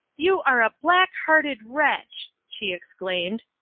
you are a black-hearted wretch! she exclaimed,